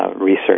research